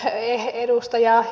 leirin edustajaa